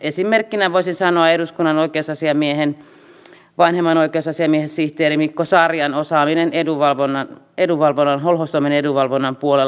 esimerkkinä voisin sanoa eduskunnan vanhemman oikeusasiamiehensihteerin mikko sarjan osaamisen holhoustoimen ja edunvalvonnan puolella